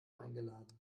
eingeladen